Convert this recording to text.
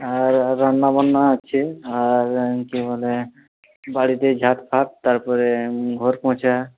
আর রান্নাবান্না আছে আর কি বলে বাড়িতে ঝাঁটপাট তারপরে ঘর মোছা